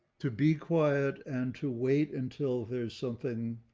to be quiet and to wait until there's something